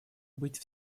быть